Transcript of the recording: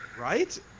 Right